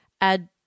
add